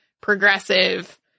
progressive